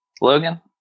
Logan